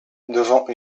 devant